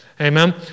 Amen